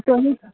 त